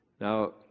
Now